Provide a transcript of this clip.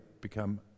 become